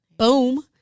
Boom